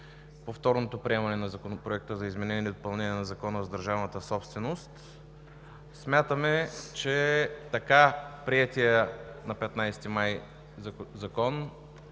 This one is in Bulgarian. повторното приемане на Законопроекта за изменение и допълнение на Закона за държавната собственост. Смятаме, че приетият на 15 май Закон